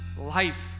life